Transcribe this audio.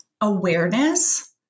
awareness